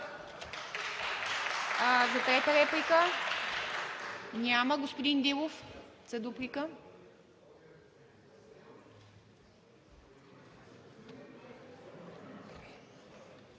За трета реплика? Няма. Господин Дилов, за дуплика?